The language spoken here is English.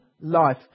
life